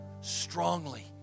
strongly